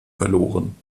verloren